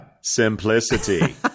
simplicity